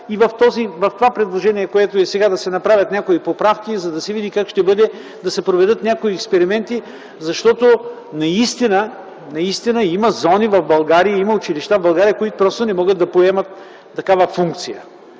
и в това предложение, което е сега, да се направят някои поправки, за да се види как ще бъде, да се проведат някои експерименти, защото наистина има зони в България, има училища в България, които просто не могат да поемат такава функция.